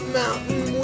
mountain